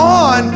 on